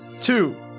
Two